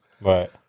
Right